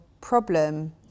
problem